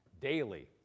daily